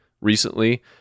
recently